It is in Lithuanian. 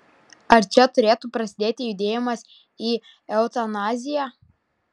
ar čia turėtų prasidėti judėjimas į eutanaziją